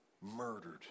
murdered